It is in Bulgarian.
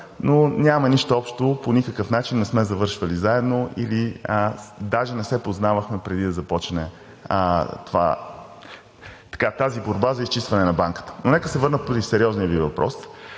но няма нищо общо, по никакъв начин не сме завършвали заедно, даже не се познавахме преди да започне тази борба за изчистване на Банката. Но нека се върна на сериозния Ви въпрос.